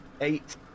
Eight